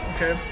Okay